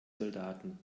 soldaten